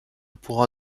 pourra